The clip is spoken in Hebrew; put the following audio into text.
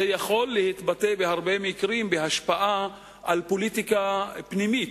זה יכול להתבטא בהרבה מקרים בהשפעה על פוליטיקה פנימית.